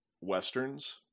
Westerns